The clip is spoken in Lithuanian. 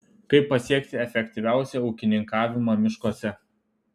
kaip pasiekti efektyviausią ūkininkavimą miškuose